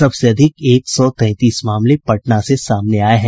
सबसे अधिक एक सौ तैंतीस मामले पटना से सामने आये हैं